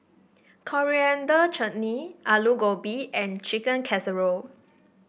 Coriander Chutney Alu Gobi and Chicken Casserole